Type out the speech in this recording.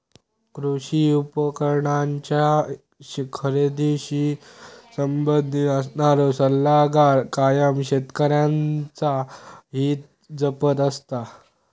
कृषी उपकरणांच्या खरेदीशी संबंधित असणारो सल्लागार कायम शेतकऱ्यांचा हित जपत असता